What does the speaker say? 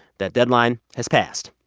that deadline has passed.